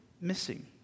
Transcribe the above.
missing